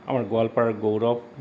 আমাৰ গোৱালপাৰাক গৌৰৱ